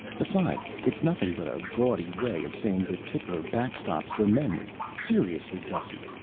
besides, it's nothing but a gaudy way of saying that tickler backstops the memory. seriously, gussy,